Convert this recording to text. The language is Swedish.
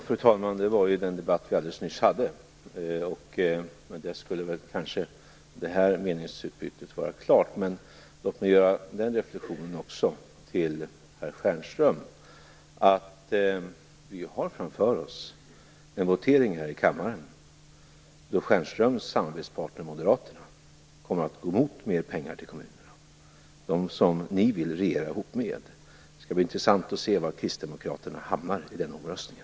Fru talman! Det var ju den debatt vi alldeles nyss hade. Med det skulle väl kanske det här meningsutbytet vara klart, men låt mig göra en reflexion till herr Stjernström. Vi har framför oss en votering här i kammaren då Stjernströms samarbetspartner Moderaterna kommer att gå emot mer pengar till kommunerna. Dem vill ni regera ihop med. Det skall bli intressant att se var Kristdemokraterna hamnar i den omröstningen.